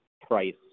price